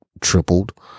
tripled